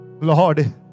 Lord